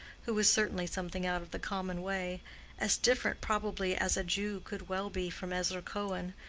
who was certainly something out of the common way as different probably as a jew could well be from ezra cohen,